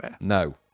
no